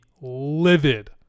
livid